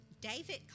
David